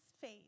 faith